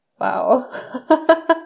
Wow